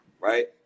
right